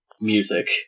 music